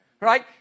right